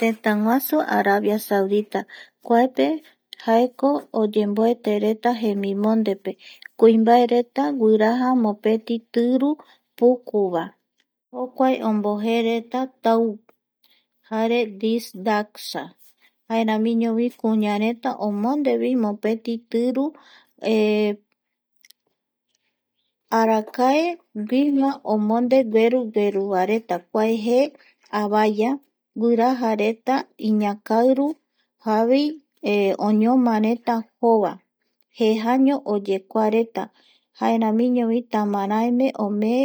Tëtäguasu Arabia kuape jaeko oyemboetereta jemimondepe kuimbaereta guiraja mopeti tiru pukuva jokua ombojeereta tau jare distaxa jaeramiñovi kuñareta omonde mopeti tiru arakaeguima omonde guerugueruvaereta kua jee avaya guira jareta iñakairu javi oñomareta jova jejaño oyekuareta jaeramiñovi tamaraeme omee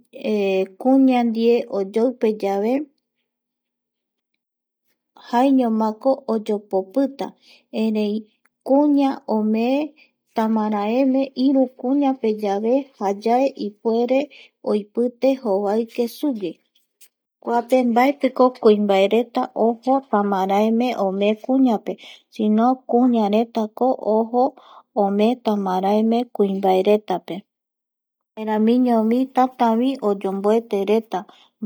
kuña ndie oyoupeyave jaeñomako oyopopiita erei kuña omee tamaraememe iru kuñapeyave j< ayae ipuere oipite jovaike sugui kuape mbaetiko kuimbaereta ojo tamaraeme kuñape sino kuaretako ojo omee tamareme kuimbaeretape jaeramiñovi tantavi oyemboetereta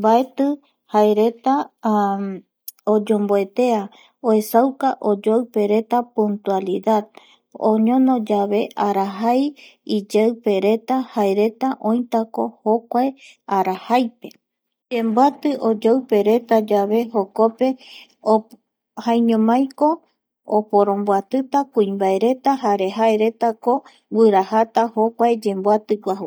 mabeti jaereta oyomboetea oesauka oyoupereta puntualidad oñono yave arajai iyeipeyavereta jaereta oitako jokuae arajaipe yemboati oyaporetayave jokope jaeñomaiko oporomboatita kuimbaereta jaeretako guirajata jokuae yemboatiguasu